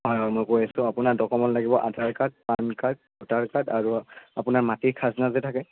হয় হয় মই কৈ আছোঁ আপোনাৰ ডকুমেণ্ট লাগিব Aadhaar card PAN card voter card আৰু আপোনাৰ মাটিৰ খাজনা যে থাকে